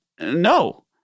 no